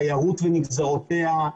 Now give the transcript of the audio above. תיירות ונגזרותיה,